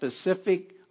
specific